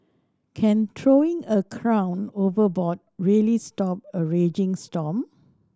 can throwing a crown overboard really stop a raging storm